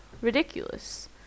ridiculous